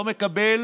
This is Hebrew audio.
לא מקבל